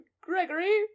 Gregory